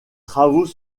travaux